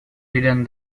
hidden